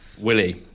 Willie